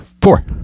Four